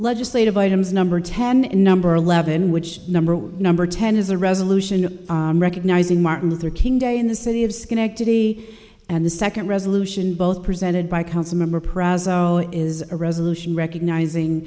legislative items number ten and number eleven which number one number ten is a resolution of recognizing martin luther king day in the city of schenectady and the second resolution both presented by council member presell is a resolution recognizing